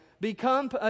become